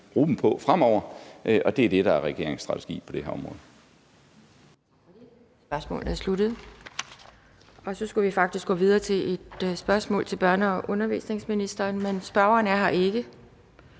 penge til fremover. Det er det, der er regeringens strategi på det her område.